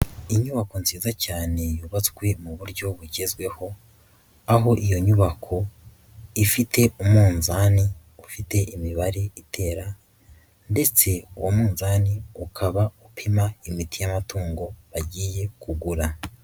Inyubako nziza cyane yubatswe mu buryo bugezweho, aho iyo nyubako ifite umunzani ufite imibare itera ndetse uwo munzani ukaba upima imiti y'amatungo bagiye kugura.